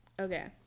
Okay